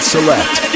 Select